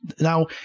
Now